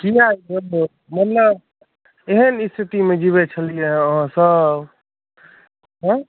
किया यौ मतलब एहन स्थितिमे जीबैत छलियैए अहाँसभ आँय